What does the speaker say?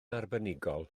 arbenigol